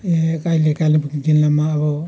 ए कहिले कालिम्पोङ जिल्लामा अब